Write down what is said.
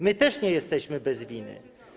My też nie jesteśmy bez winy.